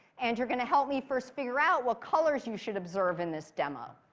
and you're going to help me first figure out what colors you should observe in this demo.